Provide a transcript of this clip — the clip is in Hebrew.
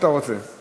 התשע"ה 2014,